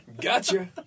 Gotcha